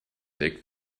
weg